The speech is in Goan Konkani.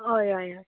हय हय हय